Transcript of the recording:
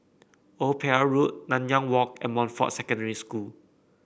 Old Pier Road Nanyang Walk and Montfort Secondary School